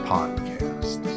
Podcast